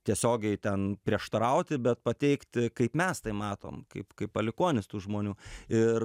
tiesiogiai ten prieštarauti bet pateikti kaip mes tai matom kaip kaip palikuonys tų žmonių ir